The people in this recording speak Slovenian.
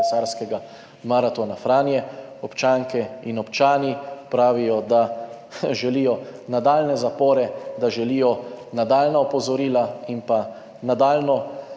kolesarskega maratona Franja. Občanke in občani pravijo, da želijo nadaljnje zapore, da želijo nadaljnja opozorila in v nadaljnje